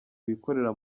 wikorera